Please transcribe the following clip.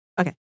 Okay